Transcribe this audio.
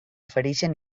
ofereixen